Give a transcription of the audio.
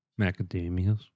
Macadamias